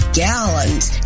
gallons